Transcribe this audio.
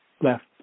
left